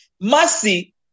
Mercy